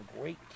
great